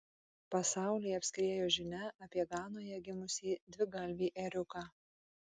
pasaulį apskriejo žinia apie ganoje gimusį dvigalvį ėriuką